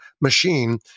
machine